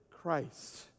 Christ